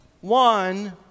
one